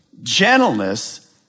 gentleness